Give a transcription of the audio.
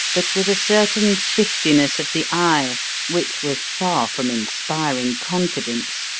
but with a certain shiftiness of the eye which was far from inspiring confidence,